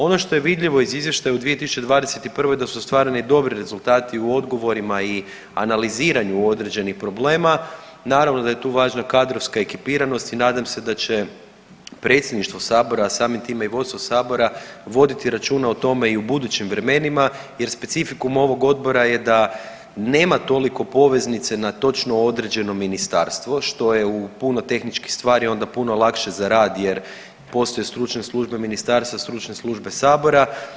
Ono što je vidljivo iz izvještaja u 2021. da su ostvareni dobri rezultati u odgovorima i analiziranju određenih problema, naravno da je tu važna kadrovska ekipiranost i nadam se da će predsjedništvo sabora, a samim time i vodstvo sabora, voditi računa o tome i u budućim vremenima jer specifikum ovog odbora je da nema toliko poveznice na točno određenom ministarstvu, što je u puno tehničkih stvari onda puno lakše za rad jer postoje stručne službe ministarstva i stručne službe sabora.